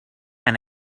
and